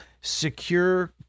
secure